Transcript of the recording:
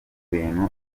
bintu